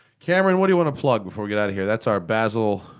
cameron, what do you want to plug before we get out of here? that's our basel.